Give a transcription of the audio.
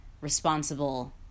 responsible